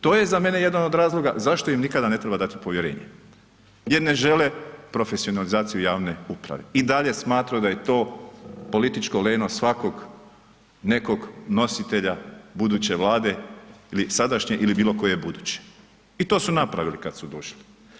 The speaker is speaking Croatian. To je za mene jedan od razloga zašto im nikada ne trebati povjerenje jer ne žele profesionalizaciju javne uprave, i dalje smatraju da je to političko leno svakog nekog nositelja buduće Vlade ili sadašnje ili bilokoje buduće i to su napravili kad su došli.